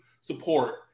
support